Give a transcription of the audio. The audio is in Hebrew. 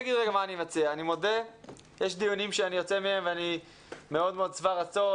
יוצא מהם ואני מאוד מאוד שבע-רצון,